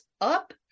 up